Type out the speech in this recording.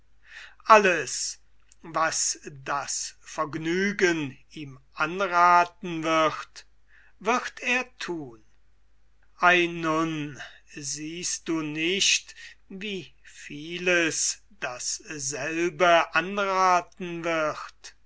alles was das vergnügen ihm anrathen wird wird er thun ei nun siehst du nicht wie vieles dasselbe anrathen wird